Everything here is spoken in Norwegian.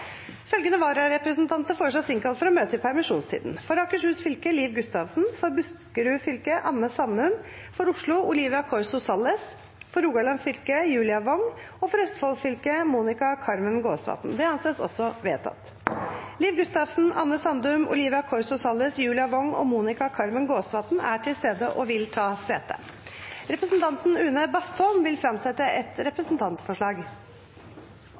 Følgende vararepresentanter innkalles for å møte i permisjonstiden: For Akershus fylke: Liv Gustavsen For Buskerud fylke: Anne Sandum For Oslo: Olivia Corso Salles For Rogaland fylke: Julia Wong For Østfold fylke: Monica Carmen Gåsvatn Liv Gustavsen, Anne Sandum, Olivia Corso Salles, Julia Wong og Monica Carmen Gåsvatn er til stede og vil ta sete. Representanten Une Bastholm vil fremsette et representantforslag. Dette er vel en god dag å få framsette et representantforslag